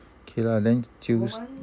okay lah then choose